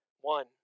One